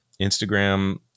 Instagram